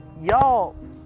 y'all